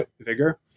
vigor